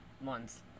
Months